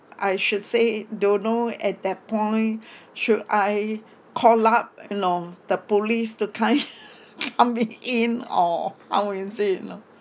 I should say don't know at that point should I call up you know the police to come in coming in or how is it know